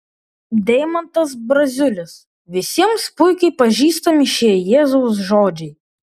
deimantas braziulis visiems puikiai pažįstami šie jėzaus žodžiai